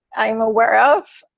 i'm aware of.